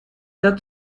der